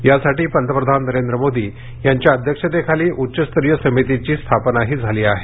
यासाठी पंतप्रधान नरेंद्र मोदी यांच्या अध्यक्षतेखाली उच्चस्तरीय समितीची स्थापनाही झाली आहे